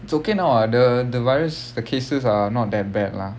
it's okay now ah the the virus the cases are not that bad lah